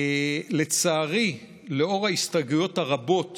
לצערי, לאור ההסתייגויות הרבות